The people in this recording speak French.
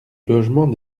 logement